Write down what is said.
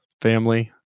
Family